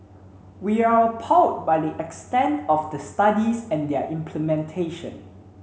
we are appalled by the extent of the studies and their implementation